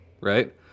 right